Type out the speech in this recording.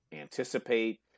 anticipate